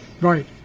Right